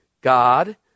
God